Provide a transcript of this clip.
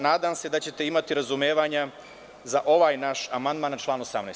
Nadam se da ćete imati razumevanja za ovaj naš amandman na član 18.